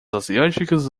asiáticas